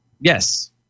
Yes